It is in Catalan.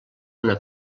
una